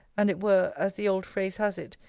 and it were, as the old phrase has it,